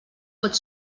pot